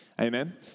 Amen